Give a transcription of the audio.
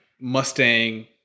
Mustang